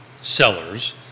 sellers